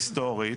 היסטורית,